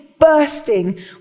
bursting